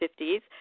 50s